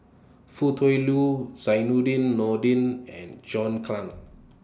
Foo Tui Liew Zainudin Nordin and John Clang